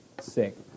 sick